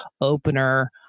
opener